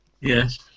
yes